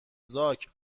زاک